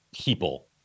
people